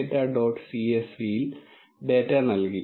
csv ൽ data നൽകി